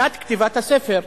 שנת כתיבת הספר,